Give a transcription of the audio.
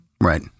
Right